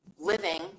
Living